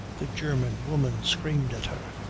the german woman screamed at her.